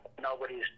nobody's